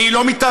והיא לא מתערבת,